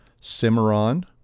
Cimarron